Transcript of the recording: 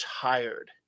tired